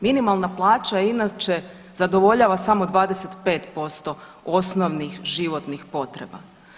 Minimalna plaća inače zadovoljava samo 25% osnovnih životnih potreba.